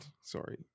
Sorry